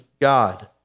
God